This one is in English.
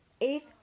eighth